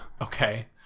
Okay